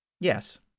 yes